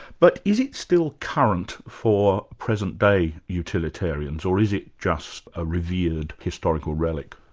but is it still current for present-day utilitarians or is it just a revered historical relic?